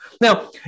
Now